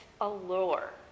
allure